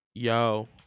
Yo